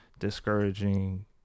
discouraging